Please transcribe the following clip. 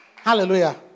Hallelujah